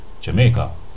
Jamaica